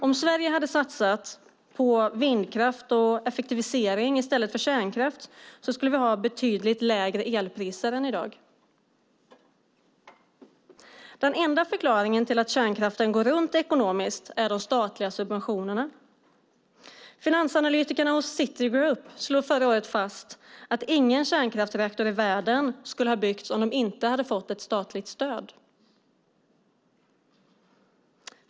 Om Sverige hade satsat på vindkraft och effektivisering i stället för kärnkraft skulle vi ha betydligt lägre elpriser än i dag. Den enda förklaringen till att kärnkraften går runt ekonomiskt är de statliga subventionerna. Finansanalytikerna hos Citygroup slog förra året fast att ingen kärnkraftsreaktor i världen skulle ha byggts om den inte hade fått ett statligt stöd.